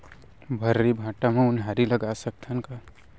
भर्री माटी म उनहारी लगा सकथन का?